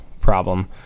problem